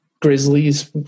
Grizzlies